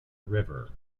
river